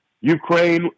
Ukraine